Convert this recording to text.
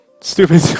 stupid